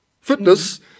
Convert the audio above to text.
fitness